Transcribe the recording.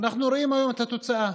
ואנחנו רואים היום את התוצאה.